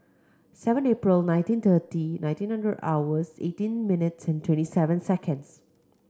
seven April nineteen thirty nineteen hundred hours eighteen minutes and twenty seven seconds